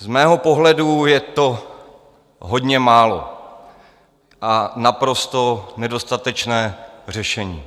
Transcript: Z mého pohledu je to hodně málo a naprosto nedostatečné řešení.